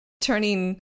turning